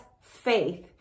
faith